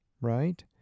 right